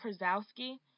Krasowski